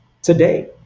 today